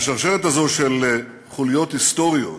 השרשרת הזאת, של חוליות היסטוריות,